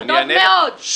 טוב מאוד.